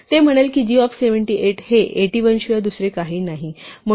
आणि ते म्हणेल की g ऑफ 78 हे 81 शिवाय दुसरे काही नाही म्हणून ते येथे येईल